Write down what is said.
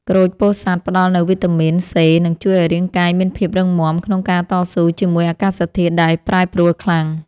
ក្រូចពោធិ៍សាត់ផ្ដល់នូវវីតាមីនសេនិងជួយឱ្យរាងកាយមានភាពរឹងមាំក្នុងការតស៊ូជាមួយអាកាសធាតុដែលប្រែប្រួលខ្លាំង។